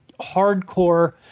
hardcore